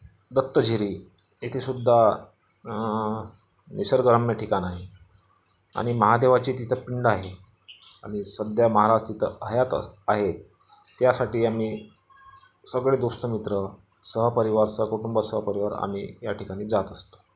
दत्तजिरी येथे सुद्धा निसर्गरम्य ठिकाण आहे आणि महादेवाची तिथं पिंड आहे आणि सध्या महाराज तिथं हयात अस् आहे त्यासाठी आम्ही सगळे दोस्त मित्र सहपरिवार सहकुटुंब सहपरिवार आम्ही या ठिकाणी जात असतो